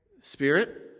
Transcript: Spirit